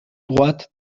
droite